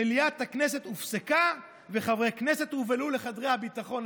מליאת הכנסת הופסקה וחברי כנסת הובהלו לחדרי הביטחון.